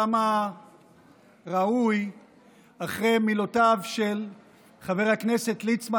כמה ראוי אחרי מילותיו של חבר הכנסת ליצמן,